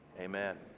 amen